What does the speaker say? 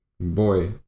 boy